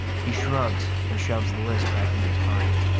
he shrugs and shoves the list back into his pocket.